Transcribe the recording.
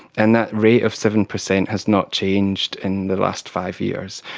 and that rate of seven percent has not changed in the last five years,